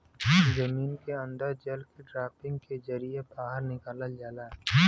जमीन के अन्दर के जल के ड्राफ्टिंग के जरिये बाहर निकाल जाला